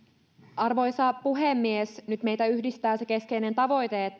arvoisa puhemies nyt meitä yhdistää se keskeinen tavoite